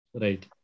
Right